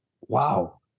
wow